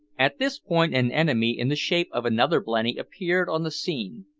at this point an enemy, in the shape of another blenny, appeared on the scene.